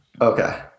Okay